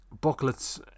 booklets